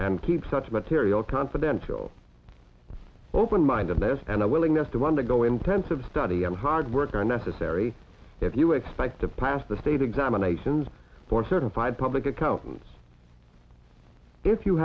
and keep such material confidential open mindedness and a willingness to undergo intensive study and hard work are necessary if you expect to pass the state examinations board certified public accountants if you